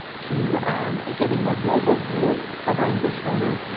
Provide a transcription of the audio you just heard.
to um get a more global view of our english learners.